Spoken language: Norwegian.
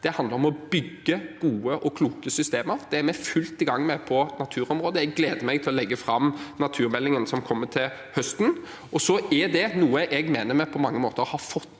det handler om å bygge gode og kloke systemer. Det er vi i gang med for fullt på naturområdet, og jeg gleder meg til å legge fram naturmeldingen som kommer til høsten. Det er noe jeg mener vi på mange måter har fått